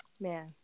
Man